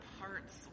parts